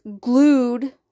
glued